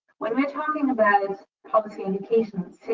when we're talking about policy indications,